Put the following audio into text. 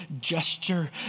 gesture